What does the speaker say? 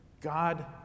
God